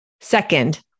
Second